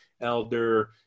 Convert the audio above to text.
elder